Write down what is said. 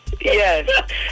Yes